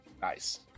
Nice